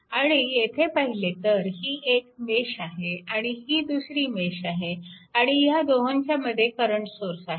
आणि येथे पाहिले तर ही एक मेश आहे आणि ही दुसरी मेश आहे आणि त्या दोहोंच्यामध्ये करंट सोर्स आहे